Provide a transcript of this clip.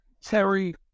Terry